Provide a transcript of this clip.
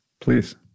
Please